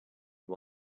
you